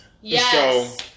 Yes